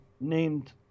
named